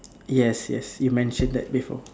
yes yes you mention that before